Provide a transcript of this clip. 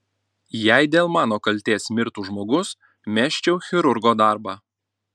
jei dėl mano kaltės mirtų žmogus mesčiau chirurgo darbą